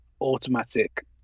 automatic